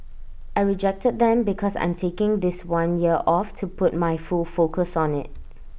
I rejected them because I'm taking this one year off to put my full focus on IT